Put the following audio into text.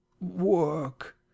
work